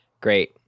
Great